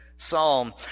psalm